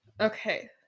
Okay